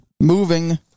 moving